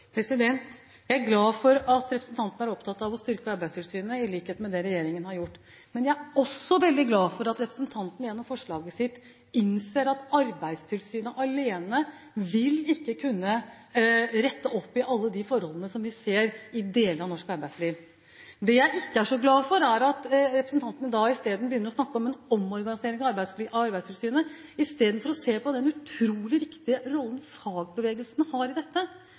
Jeg er glad for at representanten er opptatt av å styrke Arbeidstilsynet, i likhet med det regjeringen har gjort. Jeg er også veldig glad for at representanten gjennom forslaget sitt innser at Arbeidstilsynet alene ikke vil kunne rette opp i alle de forholdene som vi ser i deler av norsk arbeidsliv. Det jeg ikke er så glad for, er at representanten begynner å snakke om en omorganisering av Arbeidstilsynet istedenfor å se på den utrolig viktige rollen fagbevegelsen har i dette.